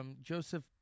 Joseph